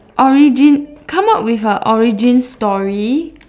origin come up with a origin story